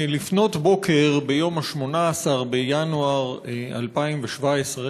לפנות בוקר ביום 18 בינואר 2017,